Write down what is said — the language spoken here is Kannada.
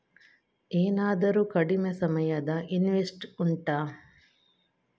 ಏನಾದರೂ ಕಡಿಮೆ ಸಮಯದ ಇನ್ವೆಸ್ಟ್ ಉಂಟಾ